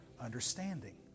Understanding